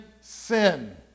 sin